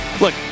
Look